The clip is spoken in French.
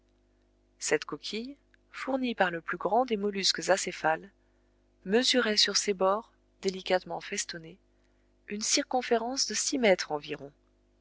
cette coquille fournie par le plus grand des mollusques acéphales mesurait sur ses bords délicatement festonnés une circonférence de six mètres environ